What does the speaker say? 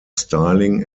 styling